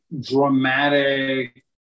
dramatic